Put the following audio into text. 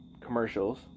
commercials